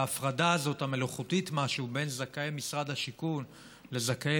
ההפרדה המלאכותית-משהו בין זכאי משרד השיכון לזכאי